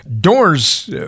Doors